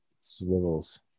swivels